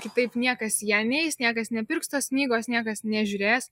kitaip niekas į ją neis niekas nepirks tos knygos niekas nežiūrės